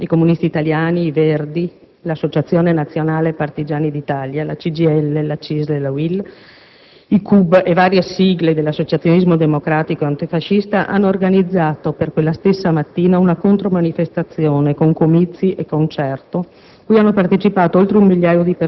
Rifondazione comunista, i Comunisti italiani, i Verdi, l'Associazione nazionale partigiani d'Italia, la CGIL, la CISL, la UIL, i CUB e varie sigle dell'associazionismo democratico antifascista, hanno organizzato per quella stessa mattina una contromanifestazione con comizi e concerto,